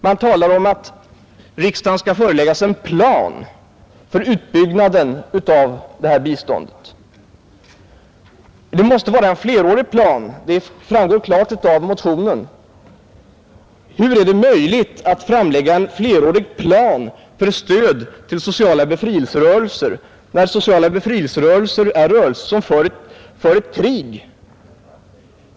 Man talar om att riksdagen skall föreläggas en plan för utbyggnaden av biståndet. Det måste vara en flerårig plan. Detta framgår klart av motionen. Hur är det möjligt att framlägga en flerårig plan för stöd till sociala befrielserörelser, när dessa utgöres av rörelser som för krig?